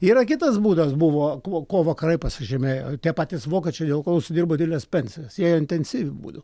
yra kitas būdas buvo kuo kuo vakarai pasižymėjo tie patys vokiečiai dėl ko užsidirbo dideles pensijas jie intensyviu būdu